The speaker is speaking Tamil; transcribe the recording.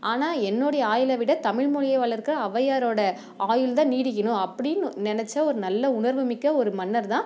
ஆனால் என்னுடைய ஆயுளை விட தமிழ் மொழிய வளர்க்க ஔவையாரோட ஆயுள் தான் நீடிக்கணும் அப்படினு நினச்ச ஒரு நல்ல உணர்வு மிக்க ஒரு மன்னர் தான்